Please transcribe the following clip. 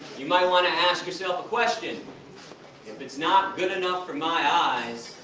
you might want to ask yourself a question if it's not good enough for my eyes,